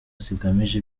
zigamije